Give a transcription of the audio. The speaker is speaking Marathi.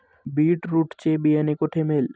बीटरुट चे बियाणे कोठे मिळेल?